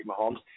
Mahomes